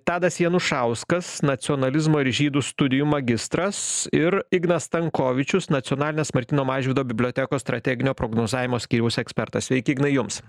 tadas janušauskas nacionalizmo ir žydų studijų magistras ir ignas stankovičius nacionalinės martyno mažvydo bibliotekos strateginio prognozavimo skyriaus ekspertas sveiki ignai jums